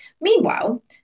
Meanwhile